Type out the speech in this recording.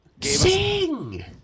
Sing